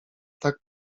tak